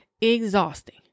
Exhausting